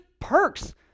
perks